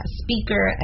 speaker